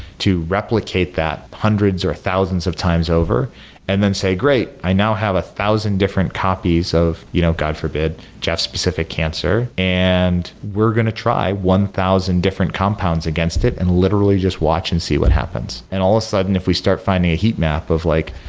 to replicate that hundreds or thousands of times over and then say, great! i now have a thousand different copies of, you know god forbid, jeff's specific cancer, and we're going to try one thousand different compounds against it and literally just watch and see what happens. all of a sudden if we start finding a heat map of like,